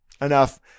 enough